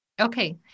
Okay